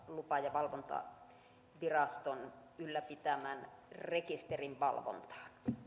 lupa ja valvontaviraston ylläpitämän rekisterin valvontaan